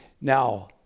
Now